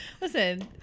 listen